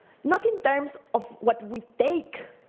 not in terms of what we take,